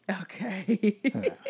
Okay